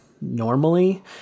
normally